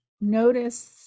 notice